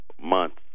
months